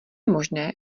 možné